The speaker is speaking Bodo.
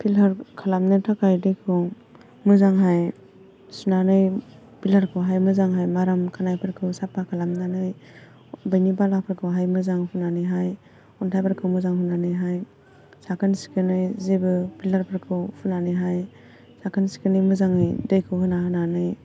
फिलटार खालामनो थाखाय दैखौ मोजांहाय सुनानै फिलटारखौहाय मोजांहाय माराम खानायफोरखौ साफा खालामनानै बेनि बालाफोरखौहाय मोजां हुनानैहाय अन्थाइफोरखौ मोजां हुनानैहाय साखोन सिखोनै जेबो फिलटारफोरखौ फुनानैहाय साखोन सिखोनै मोजाङै दैखौ होना होनानै